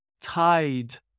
tide